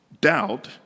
Doubt